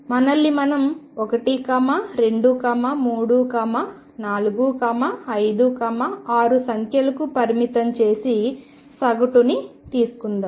మనల్ని మనం 1 2 3 4 5 6 సంఖ్యలకు పరిమితం చేసి సగటును తీసుకుందాం